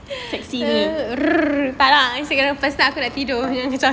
flex sini macam